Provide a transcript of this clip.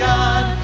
God